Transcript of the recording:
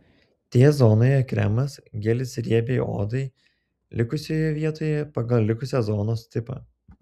t zonoje kremas gelis riebiai odai likusioje vietoje pagal likusios zonos odos tipą